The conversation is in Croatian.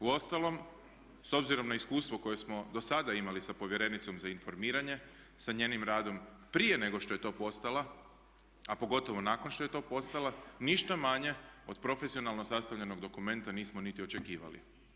Uostalom s obzirom na iskustvo koje smo dosada imali sa povjerenicom za informiranjem, sa njenim radom prije nego što je to postala a pogotovo nakon što je to postala ništa manje od profesionalno sastavljenog dokumenta nismo niti očekivali.